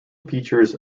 features